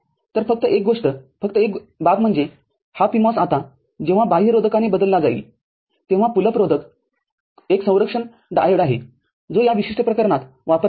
तर फक्त एक गोष्टफक्त एक बाब म्हणजे हा PMOS आता जेव्हा बाह्य रोधकाने बदलला जाईल तेव्हा पुल अप रोधक एक संरक्षक डायोड आहे जो या विशिष्ट प्रकरणात वापरला जातो